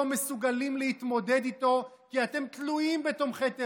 מסוגלים להתמודד איתו כי אתם תלויים בתומכי טרור?